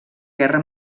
guerra